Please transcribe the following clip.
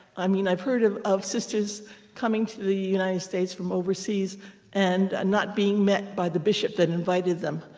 i mean, i've heard of of sisters coming to the united states from overseas and not being met by the bishop that invited them.